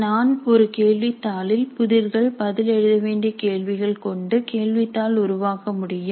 நான் ஒரு கேள்வித்தாளில் புதிர்கள் பதில் எழுத வேண்டிய கேள்விகள் கொண்டு கேள்வித்தாள் உருவாக்க முடியும்